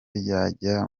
ryajya